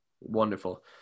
wonderful